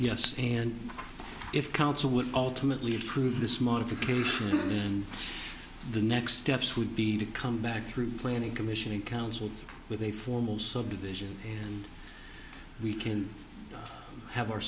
would ultimately approve this modification and the next steps would be to come back through planning commission and council with a formal subdivision and we can have our